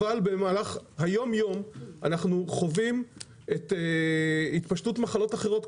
אבל במהלך היום יום אנחנו חווים התפשטות מחלות אחרות,